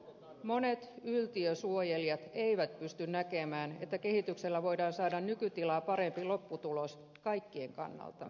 monet yltiösuojelijat eivät pysty näkemään että kehityksellä voidaan saada nykytilaa parempi lopputulos kaikkien kannalta